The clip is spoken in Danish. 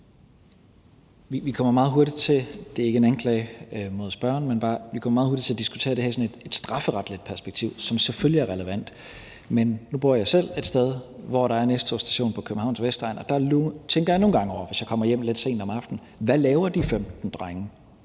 diskutere det her i et strafferetligt perspektiv, som selvfølgelig er relevant. Nu bor jeg selv et sted på Københavns Vestegn, hvor der er en S-togsstation, og der tænker jeg nogle gange over, hvis jeg kommer hjem lidt sent om aftenen: Hvad laver de 15 drenge